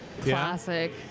Classic